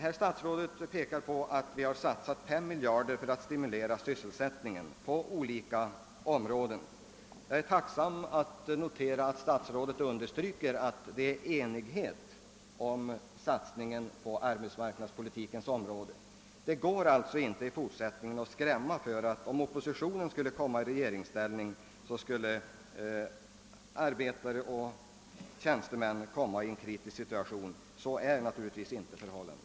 Herr statsrådet pekade på att vi har satsat 5 miljarder kronor för att stimulera sysselsättningen på olika områden. Jag är tacksam för att statsrådet underströk att det råder enighet om satsningen på arbetsmarknadspolitiken. Det går alltså inte i fortsättningen att skrämma med att om oppositionen skulle komma i regeringsställning så skulle arbetare och tjänstemän komma i en kritisk situation. Så är naturligtvis inte förhållandet.